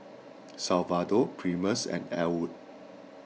Salvador Primus and Ellwood